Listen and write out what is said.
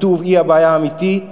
הקיטוב הוא הבעיה האמיתית,